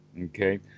Okay